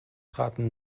traten